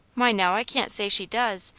why, no, i can't say she does,